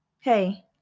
Hey